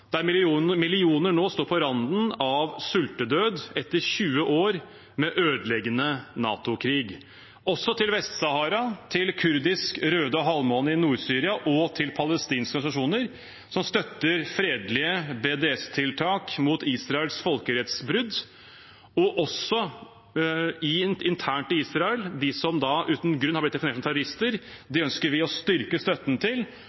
der millioner nå står på randen av sultedød etter 20 år med ødeleggende NATO-krig. Vi øker også støtten til Vest-Sahara, kurdiske Røde Halvmåne i Nord-Syria og palestinske organisasjoner som støtter fredelige BDS-tiltak mot Israels folkerettsbrudd. Også de som er internt i Israel, og som uten grunn har blitt definert som terrorister, ønsker vi å styrke støtten til